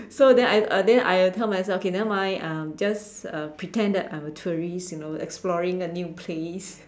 so then I uh then I'll tell myself okay never mind um just uh pretend that I'm a tourist you know exploring a new place